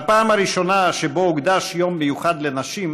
בפעם הראשונה שבה הוקדש יום מיוחד לנשים,